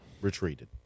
retreated